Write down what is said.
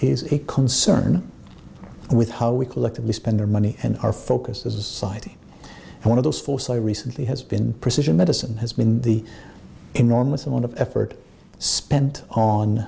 is a concern with how we collectively spend their money and our focus as citing one of those for so recently has been precision medicine has been the enormous amount of effort spent on